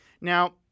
Now